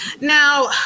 Now